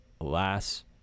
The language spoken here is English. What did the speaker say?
alas